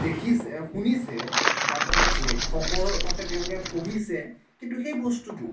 দেখিছে শুনিছে কিতাপখনত লেখকৰ মতে তেওঁলোকে পঢ়িছে কিন্তু সেই বস্তুটো